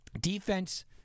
Defense